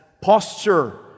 posture